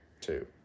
Two